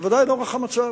בוודאי לנוכח המצב,